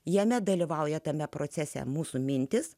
jame dalyvauja tame procese mūsų mintis